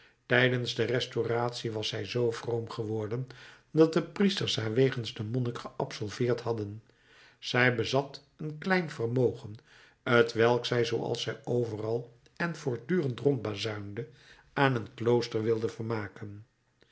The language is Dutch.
tijdens de restauratie was zij zoo vroom geworden dat de priesters haar wegens den monnik geabsolveerd hadden zij bezat een klein vermogen t welk zij zooals zij overal en voortdurend rondbazuinde aan een klooster wilde vermaken